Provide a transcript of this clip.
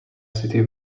city